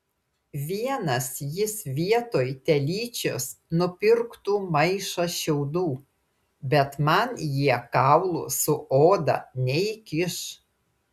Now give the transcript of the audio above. vienas jis vietoj telyčios nupirktų maišą šiaudų bet man jie kaulų su oda neįkiš